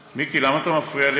מיקי, למה אתה מפריע לי?